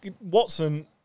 Watson